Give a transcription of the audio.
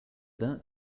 that